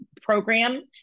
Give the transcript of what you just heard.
program